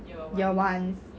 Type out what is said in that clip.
year ones